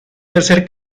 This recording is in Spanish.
tercer